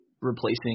replacing